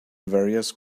various